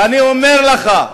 ואני אומר לך,